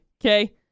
okay